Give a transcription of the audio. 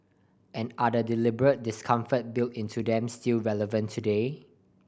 and are the deliberate discomfort built into them still relevant today